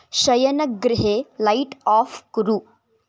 शयनगृहे light off कुरु